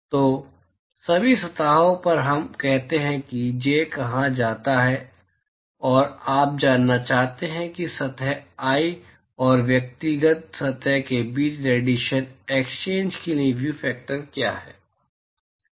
तो सभी सतहों पर हम कहते हैं कि j कहा जाता है और आप जानना चाहते हैं कि सतह I और व्यक्तिगत सतह के बीच रेडिएशन एक्सचेंज के लिए व्यू फैक्टर क्या है